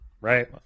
right